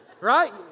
Right